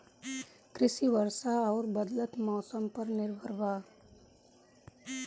कृषि वर्षा आउर बदलत मौसम पर निर्भर बा